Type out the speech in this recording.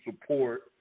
support